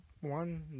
one